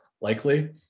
likely